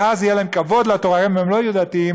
ואז יהיה להם כבוד לתורה גם אם הם לא יהיו דתיים,